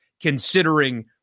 considering